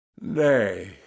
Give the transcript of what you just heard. Nay